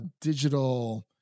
digital